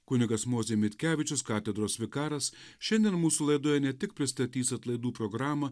kunigas mozė mitkevičius katedros vikaras šiandien mūsų laidoje ne tik pristatys atlaidų programą